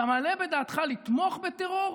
אתה מעלה בדעתך לתמוך בטרור?